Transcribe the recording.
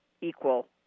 equal